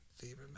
favorite